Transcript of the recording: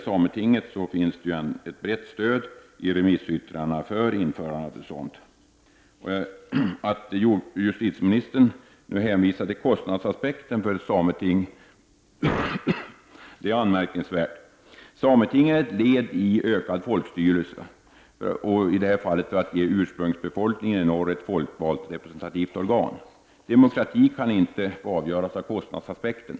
Det finns ett brett stöd i remissyttrandena för införande av ett sameting. Att justitieministern hänvisar till kostnadsaspekten när det gäller ett sameting är anmärkningsvärt. Sametinget är ett led i ökad folkstyrelse, i det här fallet för att ge ursprungsbefolkningen i norr ett folkvalt representativt organ. Demokrati kan inte få avgöras av kostnadsaspekten.